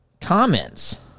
comments